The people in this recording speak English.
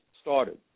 started